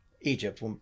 Egypt